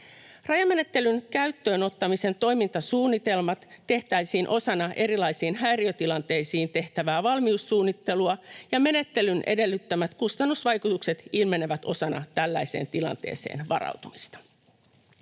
Rajamenettelyn käyttöön ottamisen toimintasuunnitelmat tehtäisiin osana erilaisiin häiriötilanteisiin tehtävää valmiussuunnittelua, ja menettelyn edellyttämät kustannusvaikutukset ilmenevät osana tällaiseen tilanteeseen varautumista.